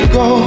go